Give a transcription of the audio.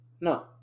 No